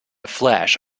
flash